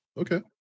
Okay